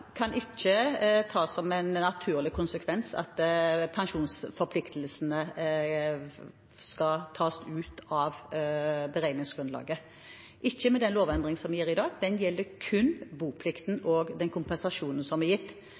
kan en ikke ta som en naturlig konsekvens at pensjonsforpliktelsene skal tas ut av beregningsgrunnlaget. Den lovendringen vi gjør i dag, gjelder kun boplikten og den kompensasjonen som er gitt.